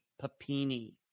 Papini